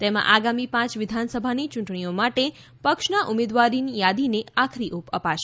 તેમાં આગામી પાંચ વિધાનસભાની યૂંટણીઓ માટે પક્ષના ઉમેદવારોની યાદીને આખરી ઓપ અપાશે